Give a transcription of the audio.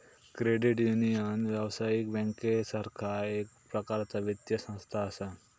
credit union, व्यावसायिक बँकेसारखा एक प्रकारचा वित्तीय संस्था असा